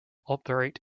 operate